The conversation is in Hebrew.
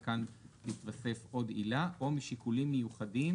וכאן התווספה עוד עילה "או משיקולים מיוחדים